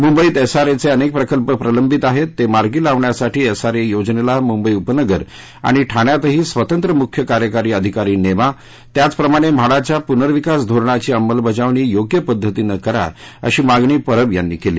मुंबईत एसआरएचे अनेक प्रकल्प प्रलंबित आहेत ते मार्गी लावण्यासाठी एसआरए योजनेला मुंबई उपनगर आणि ठाण्यासाठी स्वतंत्र मुख्य कार्यकारी अधिकारी नेमा त्याचप्रमाणे म्हाडाच्या पुनर्विकास धोरणाची अंमलबजावणी योग्य पद्धतीनं करा अशी मागणी परब यांनी केली